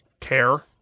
Care